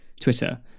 Twitter